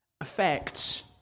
affects